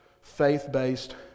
faith-based